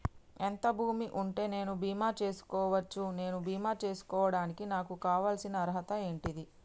ఎంత భూమి ఉంటే నేను బీమా చేసుకోవచ్చు? నేను బీమా చేసుకోవడానికి నాకు కావాల్సిన అర్హత ఏంటిది?